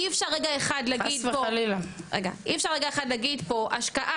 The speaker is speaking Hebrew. אי אפשר רגע אחד להגיד פה השקעה,